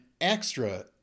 extra